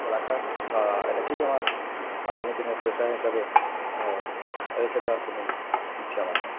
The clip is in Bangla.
রাখার এটাকেই আমার আগামী দিনের পেশা হিসাবে রেখে দেওয়ার কোনো ইচ্ছে আমার নেই